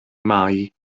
mai